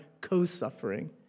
co-suffering